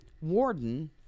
warden